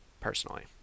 personally